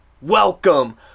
welcome